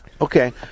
Okay